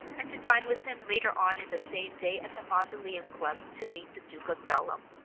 and to dine with him later on in the same day at the mausoleum club to meet the duke of dulham.